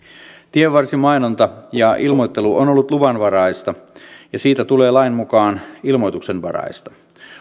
tienvarsimainonta ja ilmoittelu on ollut luvanvaraista ja siitä tulee lain mukaan ilmoituksenvaraista